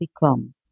become